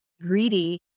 greedy